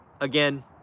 again